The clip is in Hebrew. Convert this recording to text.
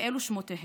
ואלו שמותיהן: